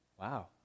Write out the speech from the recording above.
Wow